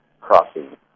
crossing